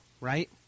right